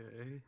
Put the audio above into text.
Okay